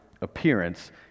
appearance